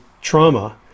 trauma